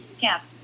Cap